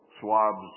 Swab's